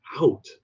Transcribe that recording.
out